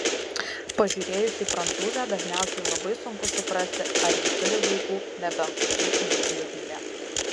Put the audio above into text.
pažiūrėjus į prancūzę dažniausiai labai sunku suprasti ar ji turi vaikų nebent laikytų jį glėbyje